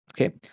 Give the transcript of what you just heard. Okay